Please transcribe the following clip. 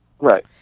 Right